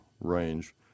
range